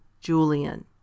Julian